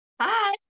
Hi